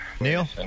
Neil